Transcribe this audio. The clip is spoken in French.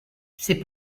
ses